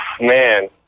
man